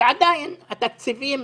ועדיין התקציבים,